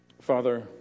Father